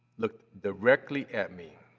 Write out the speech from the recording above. looked directly at me